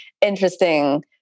interesting